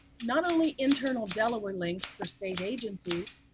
not only internal delaware links for state agencies,